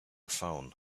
phone